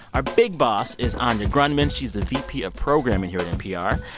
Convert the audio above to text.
our big boss is anya grundmann. she's the vp of programming here at npr.